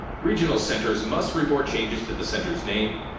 regional centers must report changes to the center's name,